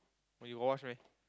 but you got watch meh